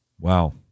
Wow